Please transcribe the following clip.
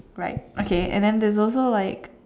right okay and then theres also like